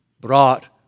brought